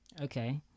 okay